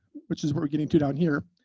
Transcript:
which is what we're getting to down here,